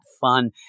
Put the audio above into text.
fun